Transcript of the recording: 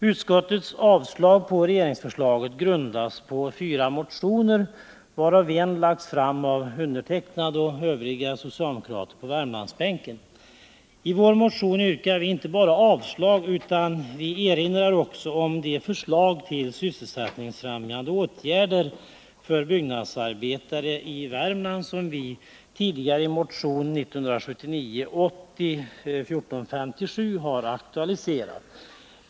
Utskottets avstyrkande av regeringsförslaget grundas på fyra motioner, varav en lagts fram av mig och övriga socialdemokrater på Värmlandsbän I vår motion yrkar vi inte bara avslag på regeringens förslag utan erinrar också om de förslag till sysselsättningsfrämjande åtgärder för byggnadsarbetare i Värmland som vi tidigare i motion 1979/80:1457 har aktualiserat.